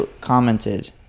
Commented